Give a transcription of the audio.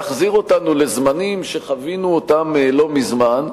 להחזיר אותנו לזמנים שחווינו לא מזמן,